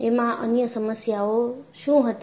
એમાં અન્ય સમસ્યાઓ શું હતી